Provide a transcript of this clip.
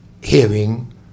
hearing